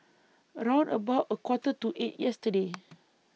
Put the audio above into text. round about A Quarter to eight yesterday